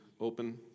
open